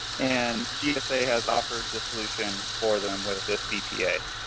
and gsa has offered the solution for them with this bpa.